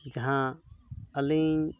ᱡᱟᱦᱟᱸ ᱟᱹᱞᱤᱧ